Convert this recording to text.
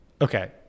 okay